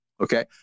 Okay